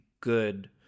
good